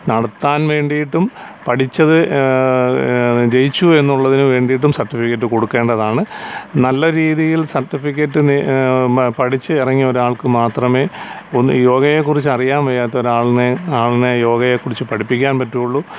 നടത്താൻ വേണ്ടിയിട്ടും പഠിച്ചത് ജയിച്ചു എന്നുള്ളതിനു വേണ്ടിയിട്ടും സർട്ടിഫിക്കറ്റ് കൊടുക്കേണ്ടതാണ് നല്ല രീതിയിൽ സർട്ടിഫിക്കറ്റിനേ മെ പഠിച്ചു ഇറങ്ങി ഒരാൾക്കു മാത്രമേ ഒന്ന് യോഗയെക്കുറിച്ച് അറിയാൻ വയ്യാത്തൊരാളിനെ ആളിനെ യോഗയെക്കുറിച്ചു പഠിപ്പിക്കാൻ പറ്റുകയുള്ളു